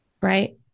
right